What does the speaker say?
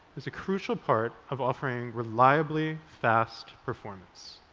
is a crucial part of offering reliably fast performance.